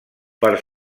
per